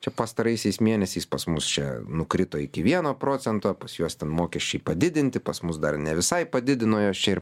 čia pastaraisiais mėnesiais pas mus čia nukrito iki vieno procento pas juos ten mokesčiai padidinti pas mus dar ne visai padidino juos čia ir